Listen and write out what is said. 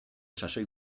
sasoi